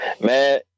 Man